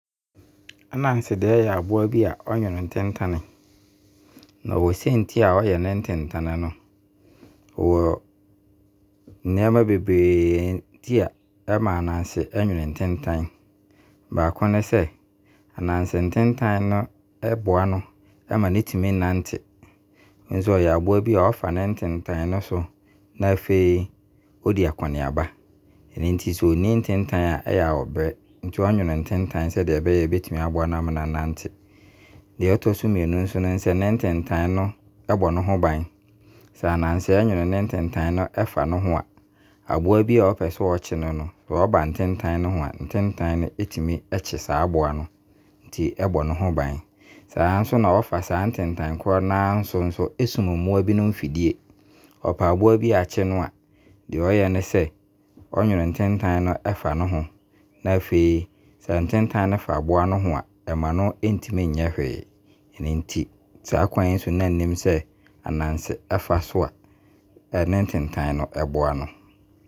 Ananse deɛ yɛ aboa bi a, ɔnwono ntentan. Ɛwɔ sɛ nti a, ɔyɛ ne ntentan no. Wɔ nneɛma bebree nti a ɛma Ananse nwono ntentan. Baako ne sɛ, ntentan no ɛboa no ma no tumi nante. Wahu sɛ ɔyɛ aboa bi a, ɔfa ne ntentan no so na afei ɔdi akɔneaba. Ɛno nti sɛ ɔnni ntentan a ɛyaa ɔbrɛ. Nti ɔnwono ntentan sɛdeɛ ɛbɛyaa ɔbɛtumi aboa no ama no anante. Deɛ ɛtɔ so mmienu ne sɛ, ne ntentan no ɛbɔ ne ho ban. Sɛ Ananse ɛnwono ne ntentan no ɛfa ne ho a, aboa bi ara ɔpɛ akye no no ba ntentan no ho a, ntentan no tumi kye saa aboa no. Ɛno nti ɛbɔ ne ho ban. Saa nso na ɔfa saa ntentan koro naa so de sum mmoa binom fidie. Sɛ ɔpɛ aboa bi akye no a, neɛ ɔyɛ ne sɛ, ɔnwono ntentan no fa ne ho. Na afei sɛ ntentan no fa no ho a, ne afei sɛ ntentan no fa aboa no ho a, ɛmma no ntumi nyɛ hwee. Ɛnti saa kwan yi so na nnim sɛ Ananse ɛfa so a ntentan no ɛboa no.